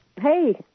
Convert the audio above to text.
Hey